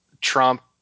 Trump